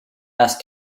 ask